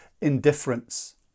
indifference